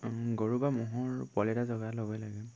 গৰু বা ম'হৰ পোৱালি এটা জগাৰ লগে লাগে